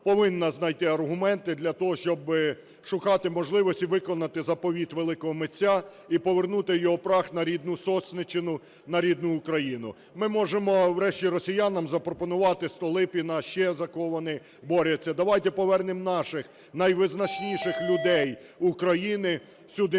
повинна знайти аргументи для того, щоб шукати можливості виконати заповіт великого митця і повернути його прах на рідну Сосниччину, на рідну Україну. Ми можемо, врешті, росіянам запропонувати Столипіна, ще за кого вони борються. Давайте повернемо наших найвизначніших людей України сюди,